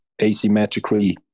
asymmetrically